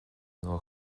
nua